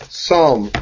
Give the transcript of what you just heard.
psalm